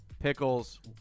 pickles